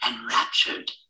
enraptured